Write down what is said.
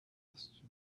question